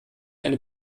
eine